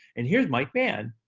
and here's mike mann,